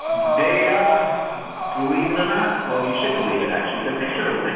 they um believe it or not well, you should believe it actually because it's true.